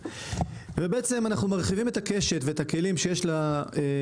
אנחנו מרחיבים את הקשת ואת הכלים שיש לממונה